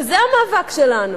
וזה המאבק שלנו.